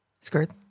Skirt